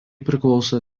priklauso